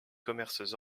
commerces